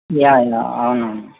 yeah అవును అవునవును